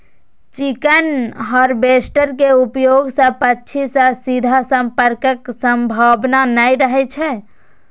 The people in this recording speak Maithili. चिकन हार्वेस्टर के उपयोग सं पक्षी सं सीधा संपर्कक संभावना नै रहै छै